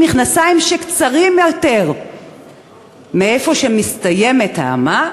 מכנסיים שקצרים יותר מאיפה שמסתיימת האמה,